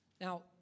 Now